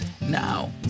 Now